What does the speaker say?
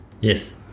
Yes